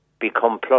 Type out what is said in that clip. become